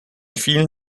vielen